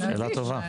שאלה טובה.